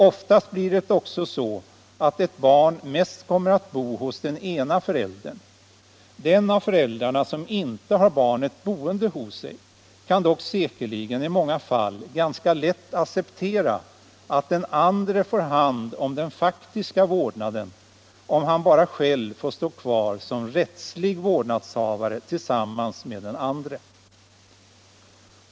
Oftast blir det också så att ett barn mest kommer att bo hos den ena föräldern. Den av föräldrarna som inte har barnet boende hos sig kan dock säkerligen i många fall ganska lätt acceptera att den andre får hand om den faktiska vårdnaden, om han bara själv får stå kvar som rättslig vårdnadshavare tillsammans med den andre.